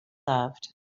loved